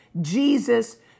Jesus